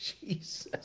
Jesus